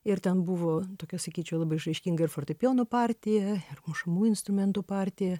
ir ten buvo tokia sakyčiau labai išraiškinga ir fortepijono partija ir mušamųjų instrumentų partija